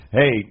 hey